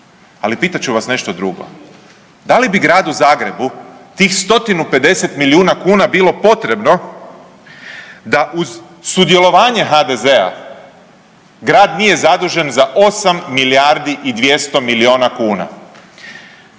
ali pitat ću vas nešto drugo. Da li bi Gradu Zagrebu tih stotinu 50 milijuna kuna bilo potrebno da uz sudjelovanje HDZ-a grad nije zadužen za 8 milijardi i 200 milijuna kuna?